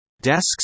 desks